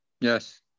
Yes